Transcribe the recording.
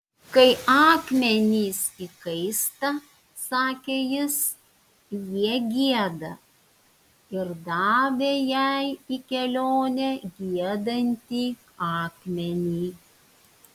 kai akmenys įkaista sakė jis jie gieda ir davė jai į kelionę giedantį akmenį